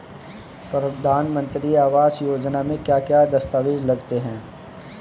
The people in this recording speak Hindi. प्रधानमंत्री आवास योजना में क्या क्या दस्तावेज लगते हैं?